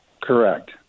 Correct